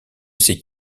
ces